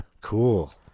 cool